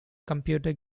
computer